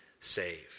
saved